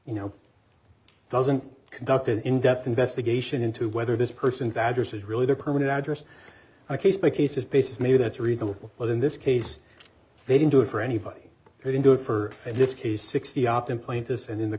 you know doesn't conduct an in depth investigation into whether this person's address is really their permanent address a case by case basis maybe that's reasonable but in this case they didn't do it for anybody they didn't do it for this case sixty opt in plaintiffs and in the